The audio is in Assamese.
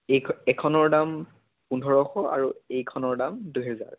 এই এখনৰ দাম পোন্ধৰশ আৰু এইখনৰ দাম দুহেজাৰ